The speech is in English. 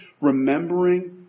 remembering